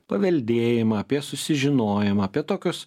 paveldėjimą apie susižinojimą apie tokius